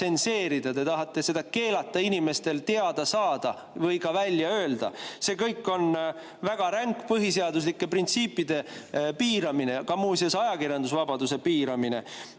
tsenseerida, te tahate seda keelata inimestel teada saada või ka välja öelda. See kõik on väga ränk põhiseaduslike printsiipide piiramine, muuseas ka ajakirjandusvabaduse piiramine.